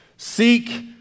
Seek